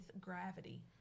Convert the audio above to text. gravity